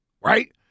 Right